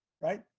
Right